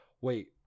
wait